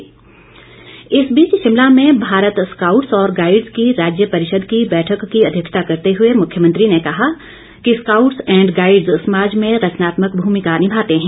जयराम इस बीच शिमला में भारत स्काउट्स और गाइड्स की राज्य परिषद की बैठक की अध्यक्षता करते हुए मुख्यमंत्री ने कहा कि स्काउट स एंड गाइड्स समाज में रचनात्मक भूमिका निभाते हैं